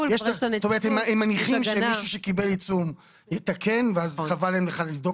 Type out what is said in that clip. הם מניחים שמישהו שקיבל עיצום יתקן ואז חבל להם לבדוק